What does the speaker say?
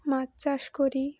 মাছ চাষ করি